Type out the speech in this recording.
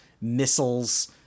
missiles